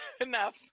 enough